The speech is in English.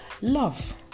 Love